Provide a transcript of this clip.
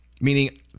Meaning